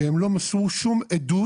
והם לא מסרו שום עדות